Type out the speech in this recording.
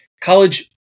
college